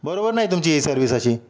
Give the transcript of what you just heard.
बरोबर नाही तुमची ही सर्व्हिस अशी